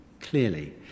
Clearly